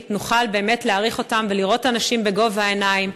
נוכל באמת להעריך אותם ולראות אנשים בגובה העיניים,